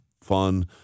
fun